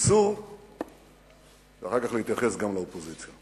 בקיצור ואחר כך להתייחס גם לאופוזיציה.